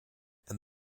and